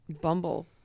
Bumble